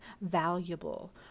valuable